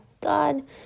God